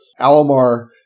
Alomar